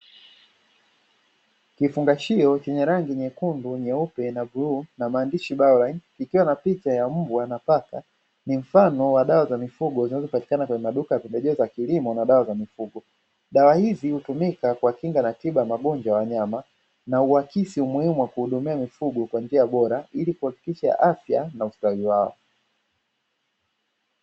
Kifungashio chenye rangi nyekundu, nyeupe na bluu na maandishi baole kikiwa na picha ya mbwa na paka, ni mfano wa dawa za mifugo zinazopatikana kwenye maduka ya pembejeo za kilimo na dawa za mifugo. Dawa hizi hutumika kwa kinga na tiba ya magonjwa ya wanyama, na huakisi umuhimu wa kuwahudumia mifugo kwa njia bora ili kuhakikisha afya na ustawi wao.